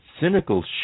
cynical